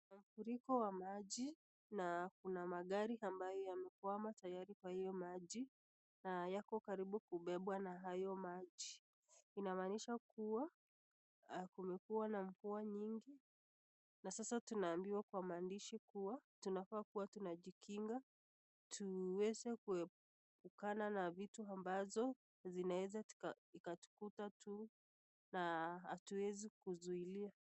Mafuriko ya maji na kuna magari ambayo yamekwama tayari kwa hio maji, na yako karibu kubebwa na hayo maji, inamaanisha kuwa kumekuwa na mvua nyingi na sasa tunaambiwa kwa maandishi kuwa tunafaa kuwa tunajikinga tuweze kuepukana na vitu ambazo zinaweza zikatukuta tu na hatuwezi kuzuilia.